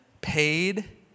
paid